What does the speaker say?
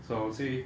so I'll say